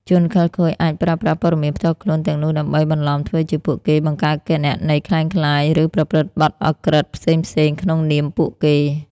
ជនខិលខូចអាចប្រើប្រាស់ព័ត៌មានផ្ទាល់ខ្លួនទាំងនោះដើម្បីបន្លំធ្វើជាពួកគេ បង្កើតគណនីក្លែងក្លាយ ឬប្រព្រឹត្តបទឧក្រិដ្ឋផ្សេងៗក្នុងនាមពួកគេ។